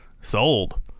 sold